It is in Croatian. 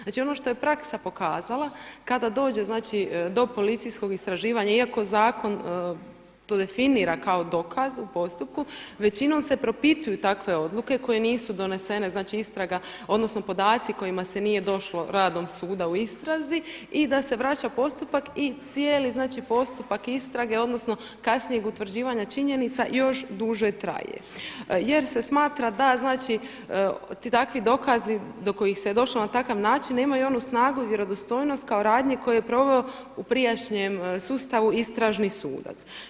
Znači ono što je praksa pokazala kada dođe znači do policijskog istraživanja iako zakon to definira kao dokaz u postupku većinom se propituju takve odluke koje nisu donesene, znači istraga odnosno podaci kojima se nije došlo radom suda u istrazi i da se vraća postupak i cijeli, znači postupak istrage odnosno kasnijeg utvrđivanja činjenica još duže traje jer se smatra da, znači takvi dokazi do kojih se došlo na takav način nemaju onu snagu i vjerodostojnost kao radnje koje je proveo u prijašnjem sustavu istražni sudac.